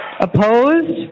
Opposed